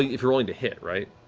if you're rolling to hit, right?